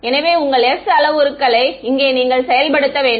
எனவே உங்கள் s அளவுருக்களை இங்கே நீங்கள் செயல்படுத்த வேண்டும்